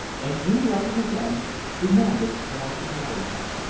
and in writing again demanded that i should marry him.